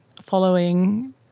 following